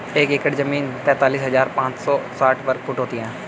एक एकड़ जमीन तैंतालीस हजार पांच सौ साठ वर्ग फुट होती है